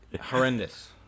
Horrendous